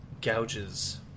gouges